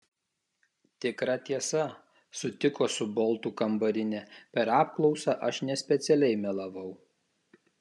tikra tiesa sutiko su boltu kambarinė per apklausą aš nespecialiai melavau